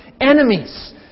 enemies